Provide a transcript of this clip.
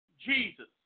Jesus